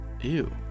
Ew